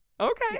Okay